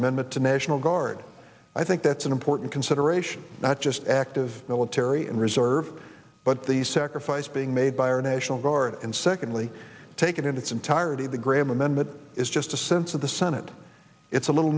amendment to national guard i think that's an important consideration not just active military and reserve but the sacrifice being made by our national guard and secondly taken in its entirety the great amendment is just a sense of the senate it's a little